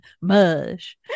mush